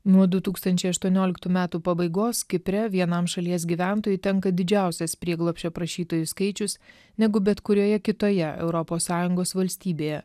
nuo du tūkstančiai aštuoniolktų metų pabaigos kipre vienam šalies gyventojui tenka didžiausias prieglobsčio prašytojų skaičius negu bet kurioje kitoje europos sąjungos valstybėje